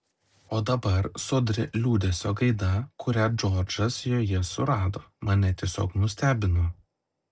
o dabar sodri liūdesio gaida kurią džordžas joje surado mane tiesiog nustebino